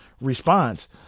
response